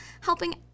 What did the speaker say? helping